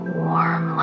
warm